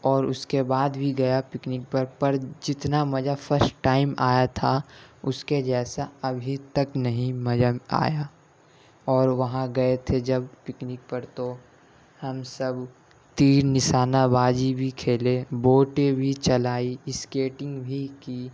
اور اس کے بعد بھی گیا پکنک پر پر جتنا مزہ فسٹ ٹائم آیا تھا اس کے جیسا ابھی تک نہیں مزہ آیا اور وہاں گئے تھے جب پکنک پر تو ہم سب تیر نشانہ بازی بھی کھیلے بوٹیں بھی چلائی اسکیٹنگ بھی کی